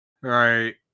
right